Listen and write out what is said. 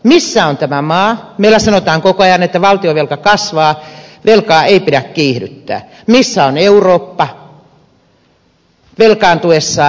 missä on tämä maa meillä sanotaan koko ajan että valtionvelka kasvaa velkaa ei pidä kiihdyttää missä on eurooppa velkaantuessaan